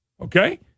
Okay